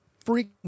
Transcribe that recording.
freak